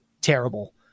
terrible